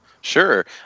Sure